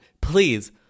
Please